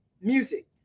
music